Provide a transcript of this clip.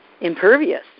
impervious